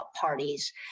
parties